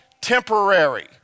temporary